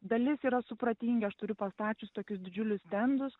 dalis yra supratingi aš turiu pastačius tokius didžiulius stendus